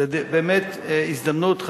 נדמה לי שפחות מ-10%,